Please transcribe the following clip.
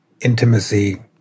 Intimacy